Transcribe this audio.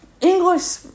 English